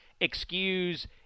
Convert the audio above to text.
excuse